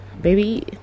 baby